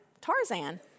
Tarzan